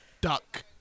duck